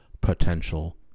potential